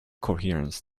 coherence